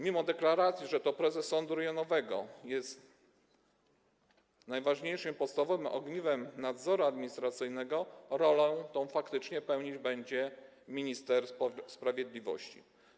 Mimo deklaracji, że to prezes sądu rejonowego jest najważniejszym, podstawowym ogniwem nadzoru administracyjnego, rolę tę faktycznie pełnić będzie minister sprawiedliwości.